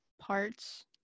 parts